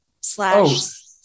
slash